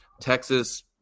Texas